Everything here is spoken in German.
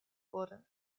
wurde